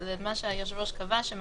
הוא מבקש שאנחנו נכוון אותם.